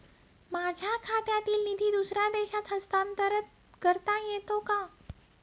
माझ्या खात्यातील निधी दुसऱ्या देशात हस्तांतर करता येते का?